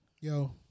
yo